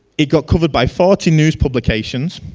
it got covered by fourteen news publications.